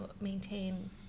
maintain